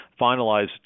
finalized